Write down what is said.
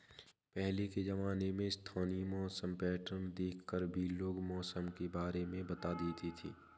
पहले के ज़माने में स्थानीय मौसम पैटर्न देख कर भी लोग मौसम के बारे में बता देते थे